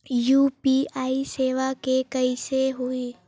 UPI सेवा के कइसे होही?